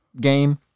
game